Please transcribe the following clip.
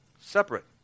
Separate